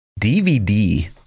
DVD